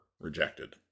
rejected